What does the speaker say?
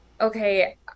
Okay